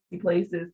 places